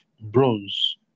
bronze